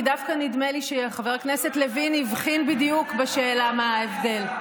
כי דווקא נדמה לי שחבר הכנסת לוין הבחין בדיוק בשאלה מה ההבדל.